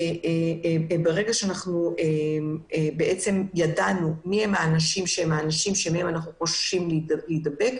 ברגע שידענו מי הם האנשים שמהם אנחנו חוששים להידבק,